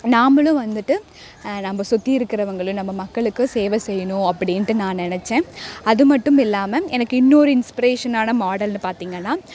நாமளும் வந்துட்டு நம்ம சுற்றி இருக்கிறவங்க நம்ம மக்களுக்கு சேவை செய்யணும் அப்படின்ட்டு நான் நினச்சேன் அது மட்டும் இல்லாமல் எனக்கு இன்னொரு இன்ஸ்ப்ரேஷனான மாடல்ன்னு பார்த்தீங்கன்னா